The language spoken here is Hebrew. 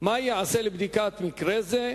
מה ייעשה לבדיקת מקרה זה?